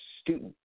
student